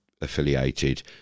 affiliated